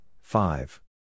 five